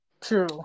True